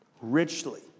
richly